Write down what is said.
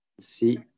see